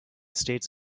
states